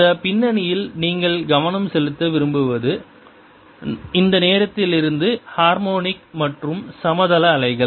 இந்த பின்னணியில் நீங்கள் கவனம் செலுத்த விரும்புவது இந்த நேரத்திலிருந்து ஹார்மோனிக் மற்றும் சமதள அலைகள்